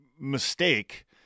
mistake